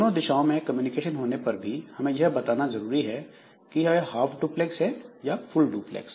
दोनों दिशाओं में कम्युनिकेशन होने पर भी हमें यह बताना जरूरी है कि यह हाफ डुप्लेक्स है या फुल डुप्लेक्स